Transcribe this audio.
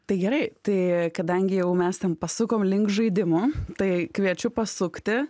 tai gerai tai kadangi jau mes ten pasukom link žaidimų tai kviečiu pasukti